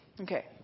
okay